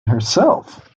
herself